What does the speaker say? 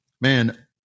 man